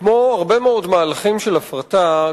כמו הרבה מאוד מהלכים של הפרטה,